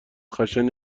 خشن